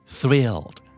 thrilled